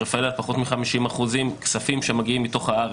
ברפאל פחות מ-50% כספים שמגיעים מתוך הארץ.